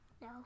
No